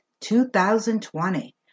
2020